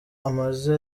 amaze